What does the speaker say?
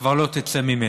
כבר לא תצא ממנו.